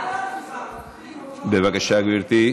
בבקשה, גברתי.